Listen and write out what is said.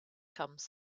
comes